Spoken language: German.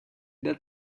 der